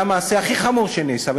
זה המעשה הכי חמור שנעשה,